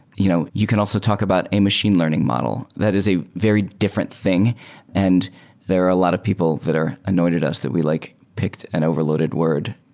you know you can also talk about a machine learning model. that is a very different thing and there are a lot of people that are anointed us that we like picked an overloaded word.